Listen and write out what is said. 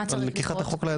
מה צריך לקרות?